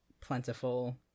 plentiful